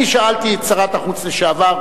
אני שאלתי את שרת החוץ לשעבר,